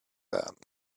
that